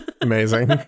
Amazing